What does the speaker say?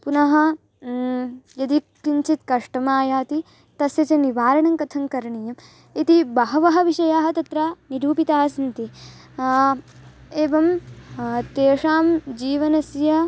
पुनः यदि किञ्चित् कष्टम् आयाति तस्य च निवारणङ्कथङ्करणीयम् इति बहवः विषयाः तत्र निरूपितास्सन्ति एवं तेषां जीवनस्य